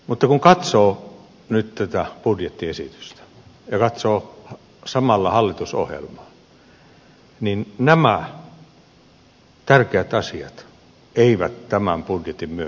mutta kun katsoo nyt tätä budjettiesitystä ja katsoo samalla hallitusohjelmaa niin nämä tärkeät asiat eivät tämän budjetin myötä vahvistu